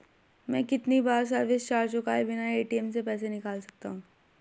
मैं कितनी बार सर्विस चार्ज चुकाए बिना ए.टी.एम से पैसे निकाल सकता हूं?